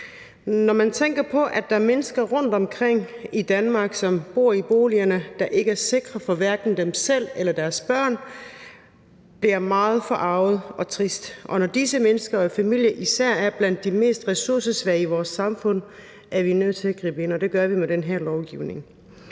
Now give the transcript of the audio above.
Når jeg tænker på, at der er mennesker rundtomkring i Danmark, som bor i boliger, der hverken er sikre for dem selv eller for deres børn, bliver jeg meget forarget og trist. Og når disse mennesker og familier især er blandt de mest ressourcesvage i vores samfund, er vi nødt til at gribe ind, og det gør vi med den her lovgivning.